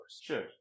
sure